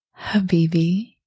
habibi